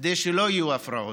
כדי שלא יהיו הפרעות.